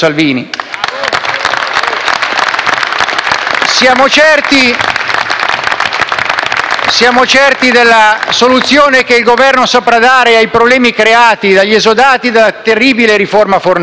Siamo certi della soluzione che il Governo saprà dare ai problemi creati agli esodati dalla terribile riforma Fornero.